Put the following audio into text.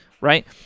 right